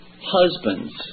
husbands